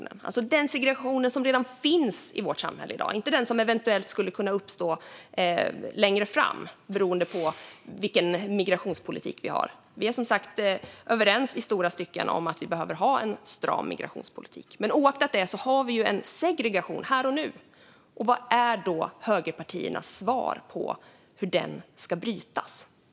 Det gäller alltså den segregation som redan finns i vårt samhälle i dag, inte den som eventuellt skulle kunna tänkas uppstå längre fram, beroende på vilken migrationspolitik vi har. Vi är som sagt i stora stycken överens om att vi behöver ha en stram migrationspolitik. Men oaktat detta har vi ju en segregation här och nu. Vad är då högerpartiernas svar på hur den ska brytas?